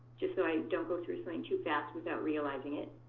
just so i don't go through something too fast without realizing it.